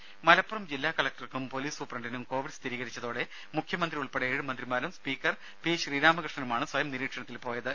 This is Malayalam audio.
രുമ മലപ്പുറം ജില്ലാകലക്ടർക്കും പൊലീസ് സൂപ്രണ്ടിനും കൊവിഡ് സ്ഥിരീകരിച്ചതോടെ മുഖ്യമന്ത്രി ഉൾപ്പെടെ ഏഴ് മന്ത്രിമാരും സ്പീക്കർ പി ശ്രീരാമകൃഷ്ണനുമാണ് സ്വയം നിരീക്ഷണത്തിൽ പോയത്